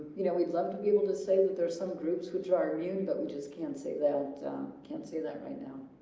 you know we'd love to be able to say that there are some groups which are immune but we just can't say they can't say that right now.